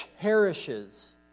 cherishes